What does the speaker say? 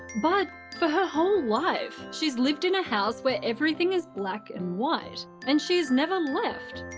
but, for her whole life, she's lived in a house where everything is black and white and she's never left.